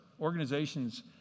organizations